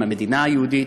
עם המדינה היהודית,